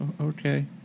Okay